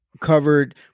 Covered